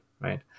right